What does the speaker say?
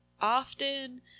often